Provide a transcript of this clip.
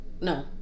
no